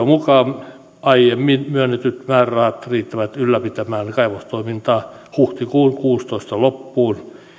mukaan aiemmin myönnetyt määrärahat riittävät ylläpitämään kaivostoimintaa huhtikuun kuuteentoista loppuun